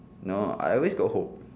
no I always got hope